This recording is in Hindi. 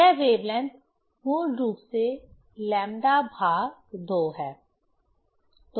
यह वेवलेंथ मूल रूप से λ2 है